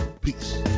peace